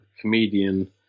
comedian